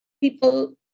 people